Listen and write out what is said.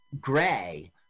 gray